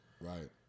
Right